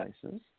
places